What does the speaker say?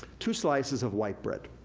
two slices of white bread.